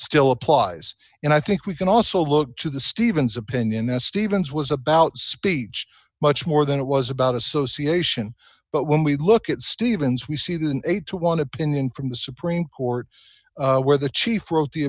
still applies and i think we can also look to the stevens opinion that stevens was about speech much more than it was about association but when we look at stevens we see the eight to one opinion from the supreme court where the chief wrote the